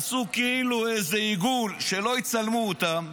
עשו כאילו איזה עיגול שלא יצלמו אותם,